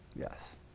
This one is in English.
Yes